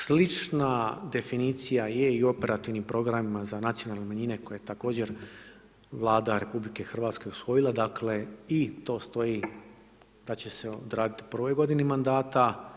Slična definicija je i u operativnim programima za nacionalne manjine koje je također Vlada RH usvojila, dakle i to stoji da će odraditi u prvoj godini mandata.